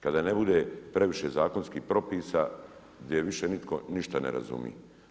Kada ne bude previše zakonski propisa gdje više nitko ne razumije.